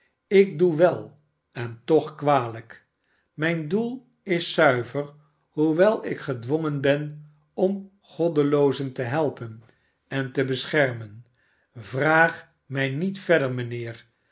ik doe wel en tochkwalijk mijn doel is zuiver hoewel ik gedwongen ben om goddeloozen te helpen en te beschermen vraag mij niet verder mijnheer